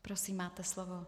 Prosím máte slovo.